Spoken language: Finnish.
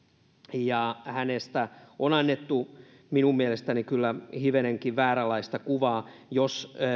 ja hänestä on annettu minun mielestäni kyllä hivenenkin vääränlaista kuvaa jos